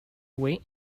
weight